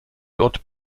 dort